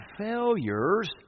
failures